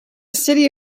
city